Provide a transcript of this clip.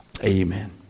Amen